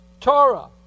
Torah